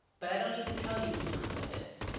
but i don't need to tell you who time's up is.